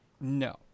No